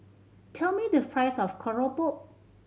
tell me the price of keropok